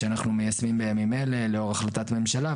שאנחנו מיישמים בימים אלה לאור החלטת ממשלה,